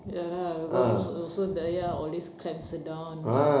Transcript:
ya lah because also also dayah always clamps her down